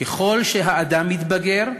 ככל שהאדם מתבגר,